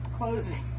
Closing